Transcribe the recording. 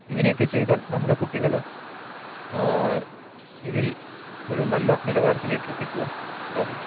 ഇങ്ങനെ ഒക്കെ ചെയ്താൽ നമ്മുടെ കുട്ടികള് ഇതിൽ ഒരു നല്ല നിലവാരത്തിലേക്ക് എത്തുവാൻ സാധിക്കും